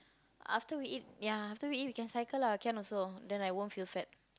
after we eat ya after we eat we can cycle lah can also then I won't feel fat